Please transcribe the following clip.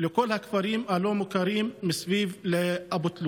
לכל הכפרים הלא-מוכרים מסביב לאבו תלול.